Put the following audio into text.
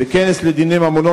בכנס לדיני ממונות,